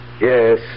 Yes